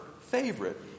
favorite